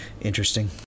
interesting